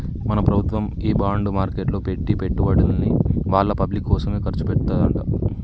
మన ప్రభుత్వము ఈ బాండ్ మార్కెట్లో పెట్టి పెట్టుబడుల్ని వాళ్ళ పబ్లిక్ కోసమే ఖర్చు పెడతదంట